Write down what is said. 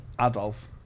Adolf